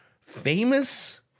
famous